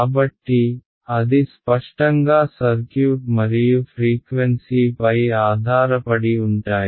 కాబట్టి అది స్పష్టంగా సర్క్యూట్ మరియు ఫ్రీక్వెన్సీ పై ఆధారపడి ఉంటాయి